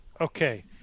Okay